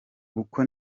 uko